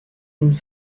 une